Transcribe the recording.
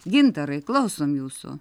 gintarai klausom jūsų